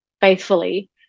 faithfully